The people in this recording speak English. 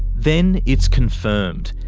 then, it's confirmed.